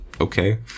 Okay